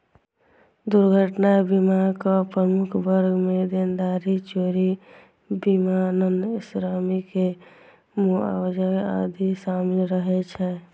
दुर्घटना बीमाक प्रमुख वर्ग मे देनदारी, चोरी, विमानन, श्रमिक के मुआवजा आदि शामिल रहै छै